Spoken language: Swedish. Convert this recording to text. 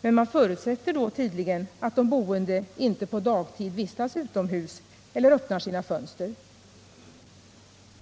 Men man förutsätter då tydligen att de boende inte på dagtid vistas utomhus eller öppnar sina fönster.